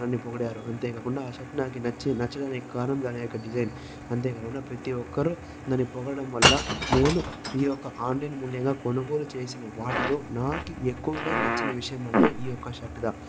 నన్నీ పొగిడారు అంతేకాకుండా ఆ షర్ట్ నాకి నచ్చి నచ్చడానికి కారణం దాని యొక్క డిజైన్ అంతేకాకుండా ప్రతి ఒక్కరూ నన్ను పొగడడం వల్ల నేను ఈ యొక్క ఆన్లైన్ మూల్యంగా కొనుగోలు చేసిన వాటిలో నాకు ఎక్కువగా నచ్చిన విషయమంటే ఈ యొక్క షర్టు దా